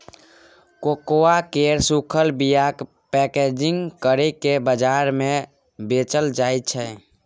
cocoa केर सूखल बीयाकेँ पैकेजिंग करि केँ बजार मे बेचल जाइ छै